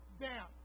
down